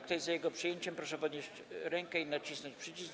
Kto jest za jego przyjęciem, proszę podnieść rękę i nacisnąć przycisk.